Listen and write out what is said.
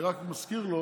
אני רק מזכיר לו